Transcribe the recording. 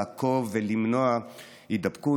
לעקוב ולמנוע הידבקות,